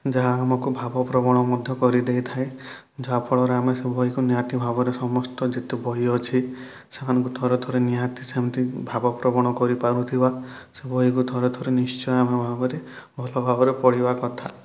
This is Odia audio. ଯାହା ଆମକୁ ଭାବପ୍ରବଣ ମଧ୍ୟ କରିଦେଇଥାଏ ଯାହାଫଳରେ ଆମେ ସବୁ ବହିକୁ ନିହାତି ଭାବରେ ସମସ୍ତ ଯେତେ ବହି ଅଛି ସେମାନଙ୍କୁ ଥରେ ଥରେ ନିହାତି ସେମିତି ଭାବପ୍ରବଣ କରିପାରୁଥିବା ସେ ବହିକୁ ଥରେ ଥରେ ନିଶ୍ଚୟ ଭଲ ଭାବରେ ପଢ଼ିବା କଥା